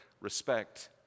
respect